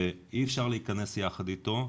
אי אפשר להכנס יחד איתו.